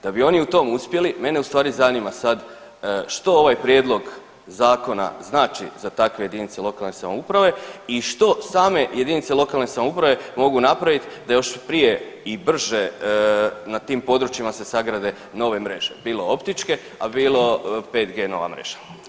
Da bi oni u tom uspjeli mene u stvari zanima sad što ovaj prijedlog zakona znači za takve jedinice lokalne samouprave i što same jedinice lokalne samouprave mogu napraviti da još prije i brže na tim područjima se sagrade nove mreže, bilo optičke, a bilo 5G nova mreža.